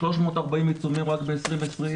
340 עיצומים רק ב-2020.